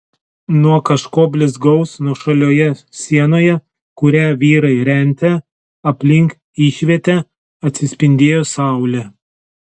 nuo kažko blizgaus nuošalioje sienoje kurią vyrai rentė aplink išvietę atsispindėjo saulė